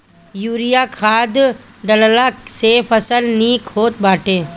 urea खाद डालला से फसल निक होत बाटे